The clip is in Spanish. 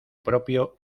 propio